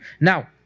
now